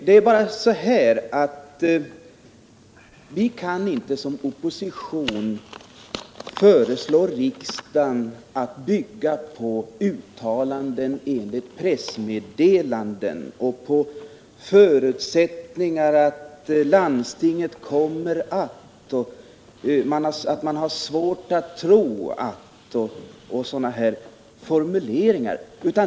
Det är bara så att vi som opposition inte kan föreslå riksdagen att bygga sina beslut på uttalanden enligt pressmeddelanden och på formuleringar som ”landstinget kommer att”, ”man har svårt att tro att”, osv.